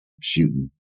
shooting